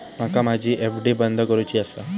माका माझी एफ.डी बंद करुची आसा